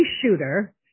shooter